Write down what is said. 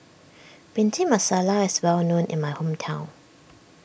Bhindi Masala is well known in my hometown